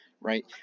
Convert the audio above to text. right